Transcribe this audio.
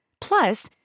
plus